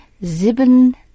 sieben